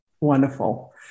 Wonderful